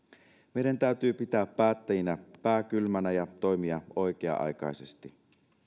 meidän täytyy pitää päättäjinä pää kylmänä ja toimia oikea aikaisesti